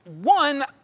One